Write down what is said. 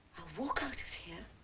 walk out of here